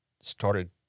started